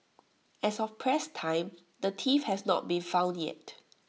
as of press time the thief has not been found yet